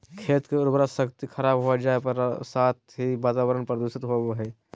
खेत के उर्वरा शक्ति खराब हो जा हइ, साथ ही वातावरण प्रदूषित होबो हइ